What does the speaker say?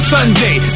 Sunday